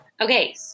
Okay